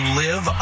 live